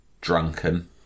drunken